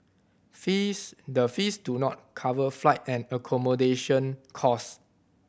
fees the fees do not cover flight and accommodation cost